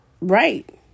Right